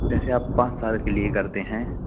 जैसे आप पाँच साल के लिए करते हैं